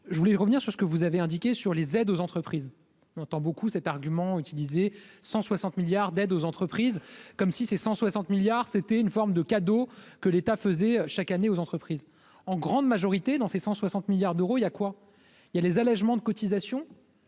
Je voulais revenir sur ce que vous avez indiqué sur les aides aux entreprises, on entend beaucoup cet argument utilisé 160 milliards d'aides aux entreprises, comme si ces 160 milliards c'était une forme de cadeau que l'État faisait chaque année aux entreprises, en grande majorité dans ces 160 milliards d'euros il y a quoi, il y a les allégements de cotisations.